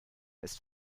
ist